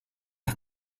las